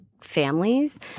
families